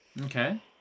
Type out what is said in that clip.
okay